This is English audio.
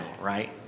right